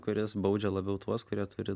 kuris baudžia labiau tuos kurie turi